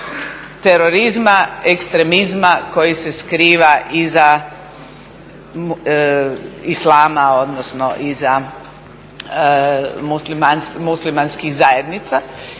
terorizma, ekstremizma koji se skriva iza Islama, odnosno iza muslimanskih zajednica